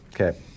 Okay